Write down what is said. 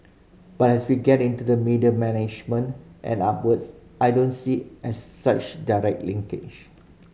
but as we get into the middle management and upwards I don't see as such direct linkage